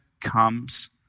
comes